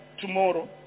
tomorrow